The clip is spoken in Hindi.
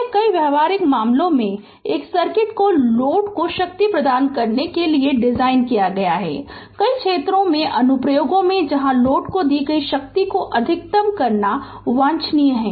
Refer Slide Time 0755 इसलिए कई व्यावहारिक मामलों में एक सर्किट को लोड को शक्ति प्रदान करने के लिए डिज़ाइन किया गया है कई क्षेत्रों में अनुप्रयोग हैं जहां लोड को दी गई शक्ति को अधिकतम करना वांछनीय है